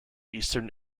eastern